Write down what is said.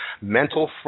mental